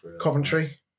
Coventry